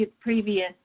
previous